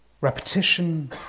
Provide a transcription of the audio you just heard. Repetition